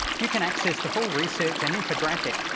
you can access the full research and infographic,